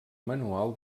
manual